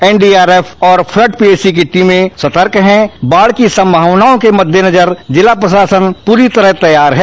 N D R F और flood P A C की टीमें सतर्क हैं बाढ की संभावनाओं के मद्देनजर जिला प्रशासन पूरी तरह तैयार है